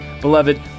Beloved